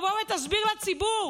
תבוא ותסביר לציבור